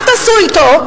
מה תעשו אתו?